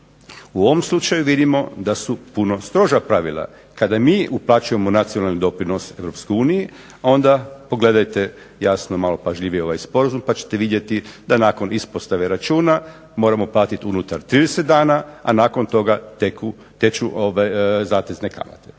U ovom slučaju vidimo da su puno stroža pravila. Kada mi uplaćujemo nacionalni doprinos Europskoj uniji, onda pogledajte jasno malo pažljivije ovaj sporazum, pa ćete vidjeti da nakon ispostave računa moramo platiti unutar 30 dana, a nakon toga teku ove zatezne kamate.